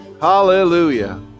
Hallelujah